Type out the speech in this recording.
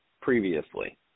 previously